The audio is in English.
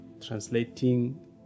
translating